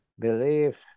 Believe